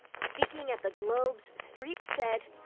speaking at the globes, streep said,